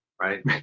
right